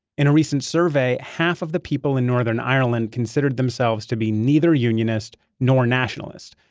in a recent survey, half of the people in northern ireland considered themselves to be neither unionist nor nationalist,